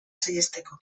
saihesteko